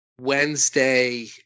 Wednesday